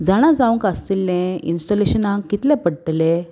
जाणां जावंक आसतलें इन्स्टॉलेशनांक कितलें पडटलें